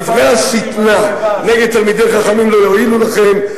דברי השטנה נגד תלמידי חכמים לא יועילו לכם.